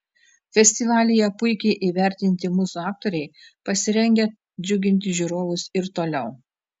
festivalyje puikiai įvertinti mūsų aktoriai pasirengę džiuginti žiūrovus ir toliau